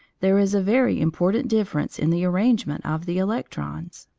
there is a very important difference in the arrangement of the electrons.